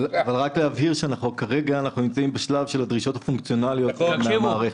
רק להבהיר שכרגע אנחנו נמצאים בשלב של הדרישות הפונקציונליות מן המערכת.